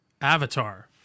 Avatar